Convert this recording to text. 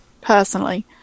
personally